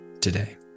today